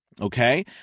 okay